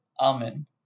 Amen